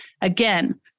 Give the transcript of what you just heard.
Again